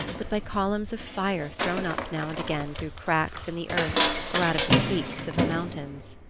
but by columns of fire thrown up now and again through cracks in the earth or out of the peaks of the mountains.